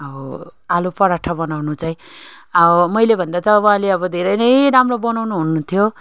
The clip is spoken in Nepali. आलु पराठा बनाउनु चाहिँ अब मैले भन्दा त अहिले अब धेरै नै राम्रो बनाउनु हुन्थ्यो